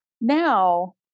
now